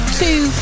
two